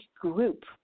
group